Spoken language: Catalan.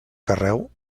carreu